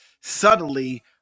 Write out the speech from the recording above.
Subtly